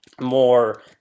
more